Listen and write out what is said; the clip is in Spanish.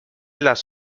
las